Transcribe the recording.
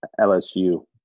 LSU